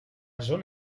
zona